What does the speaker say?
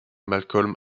malcolm